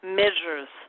measures